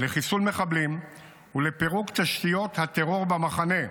לחיסול מחבלים ולפירוק תשתיות הטרור במחנה,